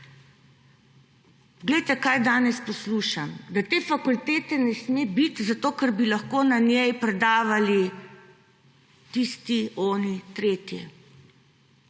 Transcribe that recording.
Poglejte, kaj danes poslušam. Da te fakultete ne sme biti, zato ker bi lahko na njej predavali tisti, oni, tretji.